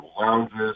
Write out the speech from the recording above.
lounges